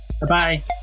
Bye-bye